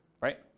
right